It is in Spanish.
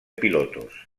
pilotos